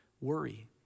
worry